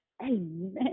Amen